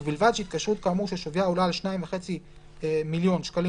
ובלבד שהתקשרות כאמור ששוויה עולה על 2,500,000 שקלים